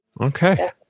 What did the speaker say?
Okay